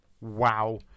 Wow